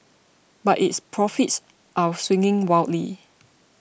but its profits are swinging wildly